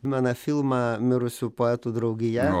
mano filmą mirusių poetų draugija